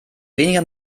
weniger